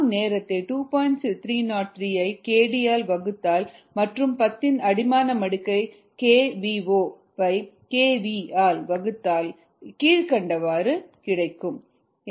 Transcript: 303 ஐ kd ஆல் வகுத்தல் மற்றும் 10 ன் அடிமான மடக்கையில் xvo வை xv ஆல் வகுத்தல் என கீழ்கண்டவாறு வருவித்தோம்